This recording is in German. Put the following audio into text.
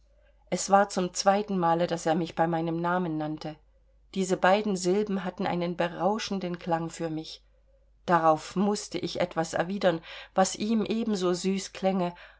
es war zum zweitenmale daß er mich bei meinem namen nannte diese beiden silben hatten einen berauschenden klang für mich darauf mußte ich etwas erwidern was ihm ebenso süß klänge